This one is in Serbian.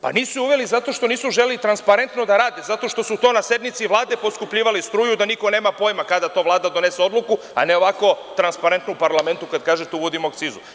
Pa, nisu je uveli zato što nisu želeli transparentno da rade, zato što su to na sednici Vlade poskupljivali struju da niko nema pojma kada Vlada donese odluku, a ne ovako transparentno u parlamentu, kada kažete – uvodimo akcizu.